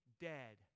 dead